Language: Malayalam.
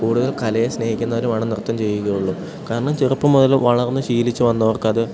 കൂടുതൽ കലയെ സ്നേഹിക്കുന്നവരുമാണ് നൃത്തം ചെയ്യുകയുള്ളൂ കാരണം ചെറുപ്പം മുതൽ വളർന്നു ശീലിച്ച് വന്നവർക്കത്